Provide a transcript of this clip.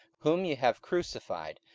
whom ye have crucified,